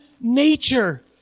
nature